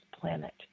planet